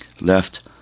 left